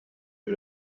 que